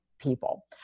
people